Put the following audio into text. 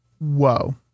Whoa